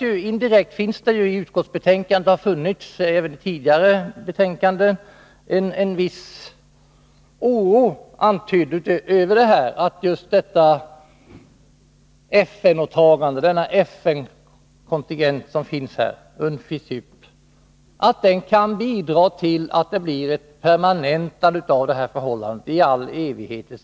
I detta utskottsbetänkande, liksom också i tidigare utskottsbetänkanden, har man kunnat märka en viss oro över att FN-kontingenten kan bidra till ett permanentande, i all evighet, av förhållandena på Cypern.